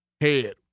head